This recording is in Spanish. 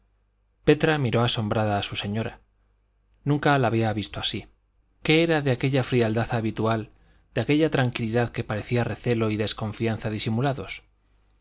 petra miró asombrada a su señora nunca la había visto así qué era de aquella frialdad habitual de aquella tranquilidad que parecía recelo y desconfianza disimulados